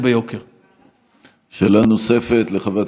אגב,